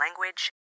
language